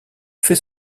fait